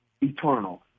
eternal